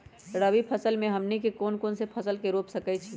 रबी फसल में हमनी के कौन कौन से फसल रूप सकैछि?